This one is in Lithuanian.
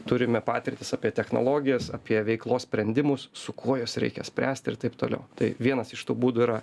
turime patirtis apie technologijas apie veiklos sprendimus su kuo juos reikia spręst ir taip toliau tai vienas iš tų būdų yra